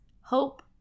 Hope